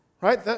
right